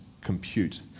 compute